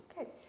Okay